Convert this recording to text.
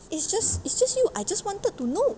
it's just it's just you I just wanted to know